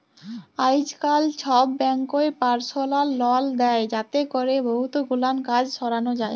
আইজকাল ছব ব্যাংকই পারসলাল লল দেই যাতে ক্যরে বহুত গুলান কাজ সরানো যায়